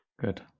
Good